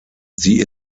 sie